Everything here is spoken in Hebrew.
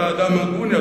אתה ידוע כאדם הגון,